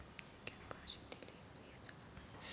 एक एकर शेतीले युरिया प्रमान कसे पाहिजे?